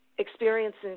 experiencing